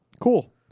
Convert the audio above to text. Cool